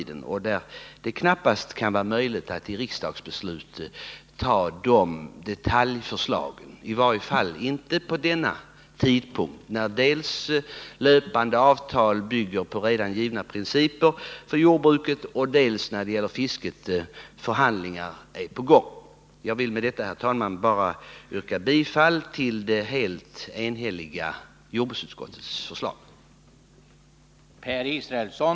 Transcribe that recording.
Det är knappast möjligt att i ett riksdagsbeslut bestämma om detaljerna, i varje fall inte vid denna tidpunkt när dels de löpande avtalen bygger på redan givna principer för jordbruket, dels förhandlingar beträffande fisket är på gång. Jag vill med detta, herr talman, yrka bifall till utskottets enhälliga hemställan.